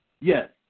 Yes